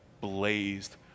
blazed